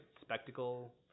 spectacle